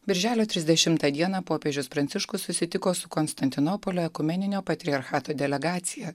birželio trisdešimtą dieną popiežius pranciškus susitiko su konstantinopolio ekumeninio patriarchato delegacija